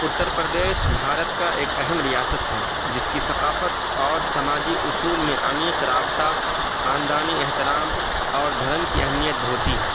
اتر پردیش بھارت کا ایک اہم ریاست ہے جس کی ثقافت اور سماجی اصول میں عمیق رابطہ خاندانی احترام اور دھرم کی اہمیت بہت ہی ہے